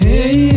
Hey